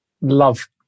love